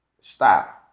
style